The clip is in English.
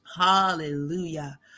Hallelujah